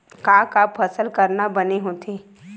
का का फसल करना बने होथे?